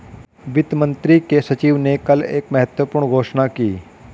वित्त मंत्री के सचिव ने कल एक महत्वपूर्ण घोषणा की